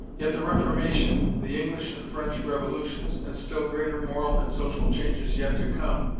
yet the reformation, the english and french revolutions, and still greater moral and social changes yet to come,